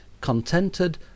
Contented